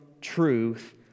truth